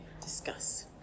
discuss